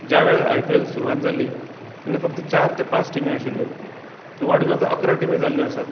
ज्या वेळार I P L सुरवात जाल्ली तेन्ना फक्त चार ते पांच टिमी आशिल्ल्यो त्यो वाडून आतां अकरा टिमी जाल्यो आसात